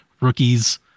Rookies